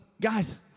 guys